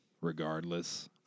regardless